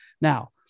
now